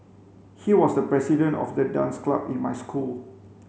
he was the president of the dance club in my school